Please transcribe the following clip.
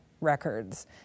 records